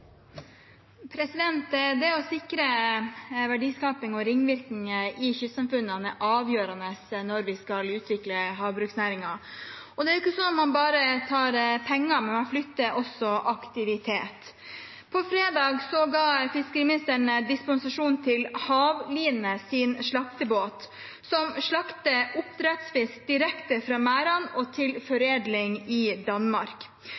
Det å sikre verdiskaping og ringvirkninger i kystsamfunnene er avgjørende når vi skal utvikle havbruksnæringen. Det er ikke slik at man bare tar penger, man flytter også aktivitet. På fredag ga fiskeriministeren dispensasjon til Hav Lines slaktebåt som slakter oppdrettsfisk direkte fra merdene og til foredling i Danmark.